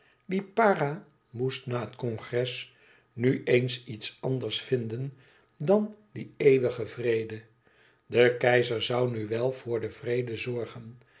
lipara moest na het congres nu eens iets anders vinden dan dien eeuwigen vrede de keizer zoû nu wel voor den vrede zorgen